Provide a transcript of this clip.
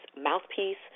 mouthpiece